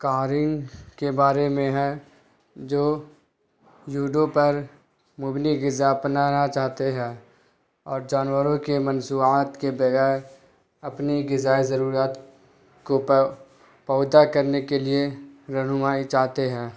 carrying کے بارے میں ہے جو یوڈوب پر مبنی غذا اپنانا چاہتے ہیں اور جانوروں کے مصنوعات کے بغیر اپنی غذائی ضروریات کو پیدا کرنے کے لیے رہنمائی چاہتے ہیں